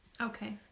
Okay